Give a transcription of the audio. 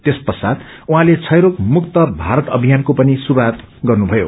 त्य च्चात उहाँले श्रवरोग मुक्त भारत अभियानको पनि श्रुआत गर्नुषयो